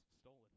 Stolen